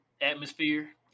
atmosphere